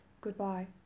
Goodbye